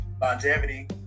Longevity